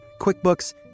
QuickBooks